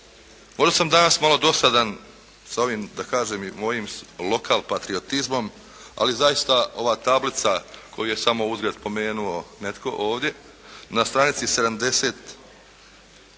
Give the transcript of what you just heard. Možda sam danas malo dosadan sa ovim da kažem i mojim lokalpatriotizmom, ali zaista ova tablica koju je samo uzgred spomenuo netko ovdje na stranici 71,